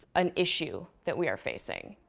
an issue that we are facing.